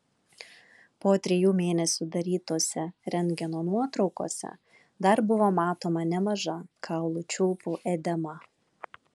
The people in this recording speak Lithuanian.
po trijų mėnesių darytose rentgeno nuotraukose dar buvo matoma nemaža kaulų čiulpų edema